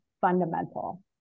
fundamental